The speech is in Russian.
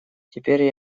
теперь